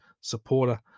supporter